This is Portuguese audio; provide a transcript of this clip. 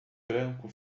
branco